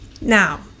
Now